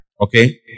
Okay